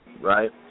Right